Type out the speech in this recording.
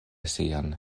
sian